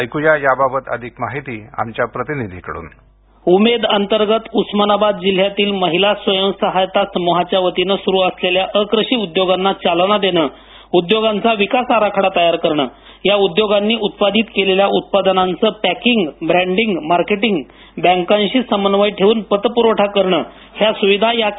ऐक्या याबाबत अधिक माहिती आमच्या प्रतिनिधीकडून उमेद अंतर्गत जिल्ह्यातील महिला स्वयंसहायता समूहाच्या वतीने सुरू असलेल्या अकृषी उद्योगांना चालना देणे उद्योगांचा विकास आराखडा तयार करणे या उद्योगांनी उत्पादित केलेल्या उत्पादनांचे पॅकिंग ब्रॅडिंग मार्केटिंग बँकांशी समन्वय ठेवून पतपुरवठा करणं ह्या सुविधा पुरवल्या जाणार आहेत